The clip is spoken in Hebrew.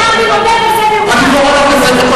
אתה מומחה בזה.